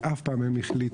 ואף פעם הם החליטו.